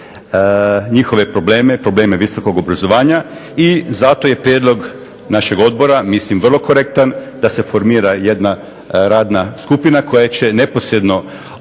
njihove probleme, probleme visokog obrazovanja. I zato je prijedlog našeg odbora mislim vrlo korektan da se formira jedna radna skupina koja će neposredno i